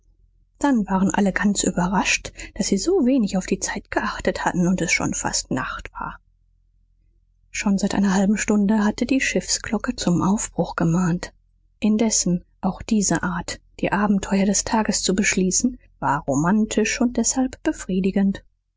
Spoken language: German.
dann waren alle ganz überrascht daß sie so wenig auf die zeit geachtet hatten und es schon fast nacht war schon seit einer halben stunde hatte die schiffsglocke zum aufbruch gemahnt indessen auch diese art die abenteuer des tages zu beschließen war romantisch und deshalb befriedigend